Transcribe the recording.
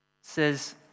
says